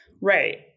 right